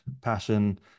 passion